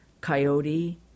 coyote